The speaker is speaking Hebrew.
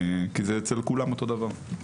כי זה אצל כולם אותו דבר.